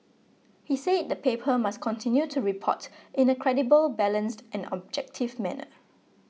he said the paper must continue to report in a credible balanced and objective manner